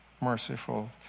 merciful